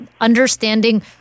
understanding